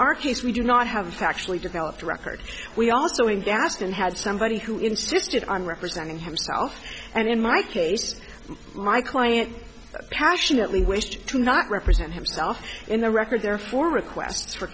our case we do not have actually developed a record we also in gaston had somebody who insisted on representing himself and in my case my client passionately wished to not represent himself in the record therefore requests for